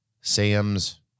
Sam's